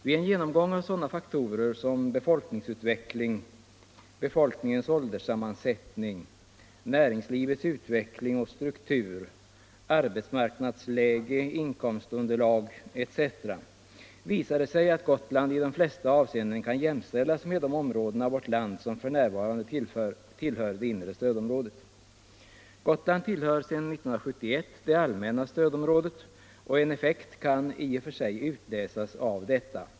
Vid en genomgång av sådana faktorer som befolkningsutveckling, befolkningens ålderssammansättning, näringslivets utveckling och struktur, arbetsmarknadsläge, inkomstunderlag m.m. visar det sig att Gotland i de flesta avseenden kan jämställas med de områden av vårt land som f.n. tillhör det inre stödområdet. Gotland tillhör sedan 1971 det allmänna stödområdet. En effekt kan i och för sig utläsas av detta.